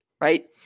right